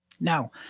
Now